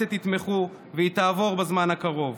והכנסת יתמכו והיא תעבור בזמן הקרוב.